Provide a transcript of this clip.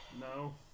No